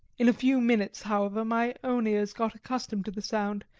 in a few minutes, however, my own ears got accustomed to the sound,